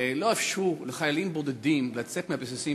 לא אפשרו לחיילים בודדים לצאת מהבסיסים